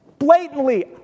blatantly